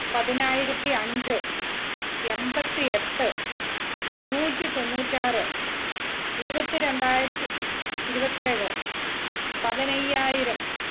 പതിനായിരത്തി അഞ്ച് എൺപത്തി എട്ട് നൂറ്റി തൊണ്ണൂറ്റാറ് ഇരുപത്തി രണ്ടായിരത്തി ഇരുപത്തേഴ് പതിനയ്യായിരം